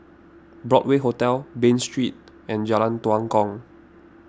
Broadway Hotel Bain Street and Jalan Tua Kong